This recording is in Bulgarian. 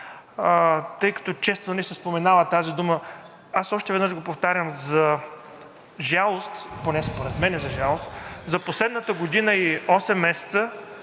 тъй като често се споменава тази дума, аз още веднъж го повтарям, за жалост, поне според мен за жалост, за последната година и осем месеца